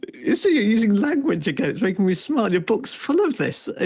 you see you're using language again it's making me smart. your book's full of this. ah